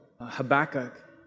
Habakkuk